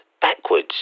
backwards